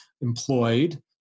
employed